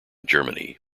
germany